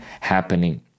happening